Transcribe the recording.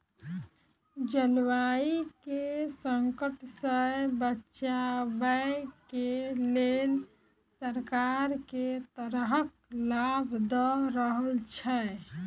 जलवायु केँ संकट सऽ बचाबै केँ लेल सरकार केँ तरहक लाभ दऽ रहल छै?